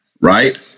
right